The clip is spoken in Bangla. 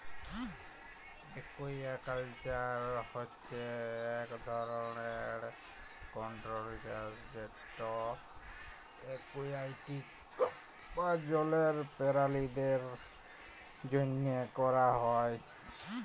একুয়াকাল্চার হছে ইক ধরলের কল্ট্রোল্ড চাষ যেট একুয়াটিক বা জলের পেরালিদের জ্যনহে ক্যরা হ্যয়